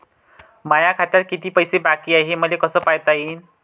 माया खात्यात किती पैसे बाकी हाय, हे मले कस पायता येईन?